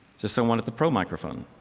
so someone at the pro microphone?